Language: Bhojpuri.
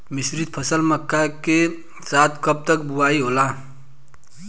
मिश्रित फसल मक्का के साथ कब तक बुआई होला?